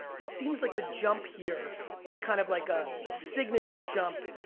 it seems like the jump here is kind of like a signature jump.